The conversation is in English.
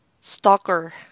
Stalker